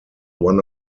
one